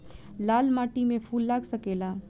लाल माटी में फूल लाग सकेला?